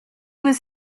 was